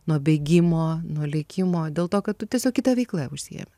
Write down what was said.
nuo bėgimo nuo lėkimo dėl to kad tu tiesiog kita veikla užsiėmęs